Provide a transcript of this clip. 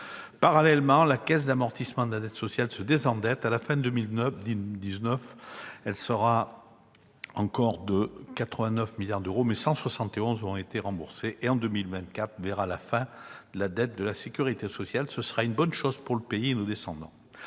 Parallèlement, la Caisse d'amortissement de la dette sociale se désendette. À la fin de l'année 2019, elle sera encore de 89 milliards d'euros, mais 171 milliards d'euros ont été remboursés, et l'année 2024 verra la fin de la dette de la sécurité sociale. Ce sera une bonne chose pour le pays et pour nos descendants.